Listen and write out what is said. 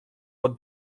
wat